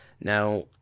Now